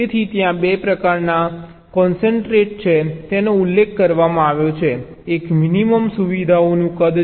તેથી ત્યાં 2 પ્રકારના કૉન્સ્ટ્રેંટ છે જેનો ઉલ્લેખ કરવામાં આવ્યો છે એક મિનિમમ સુવિધાઓનું કદ છે